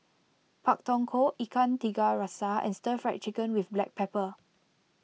Pak Thong Ko Ikan Tiga Rasa and Stir Fried Chicken with Black Pepper